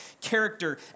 character